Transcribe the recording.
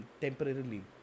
temporarily